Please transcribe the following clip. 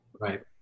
Right